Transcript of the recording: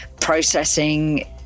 processing